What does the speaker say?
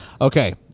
okay